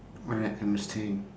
alright understand